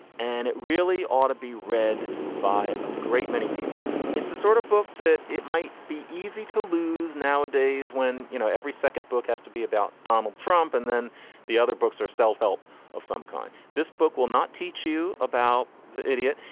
and it really ought to be read by a great many people. it's the sort of book that it might be easy to lose nowadays when you know every second book has to be about donald trump and then the other books are self-help of some kind. this book will not teach you about the idiot.